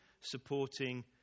supporting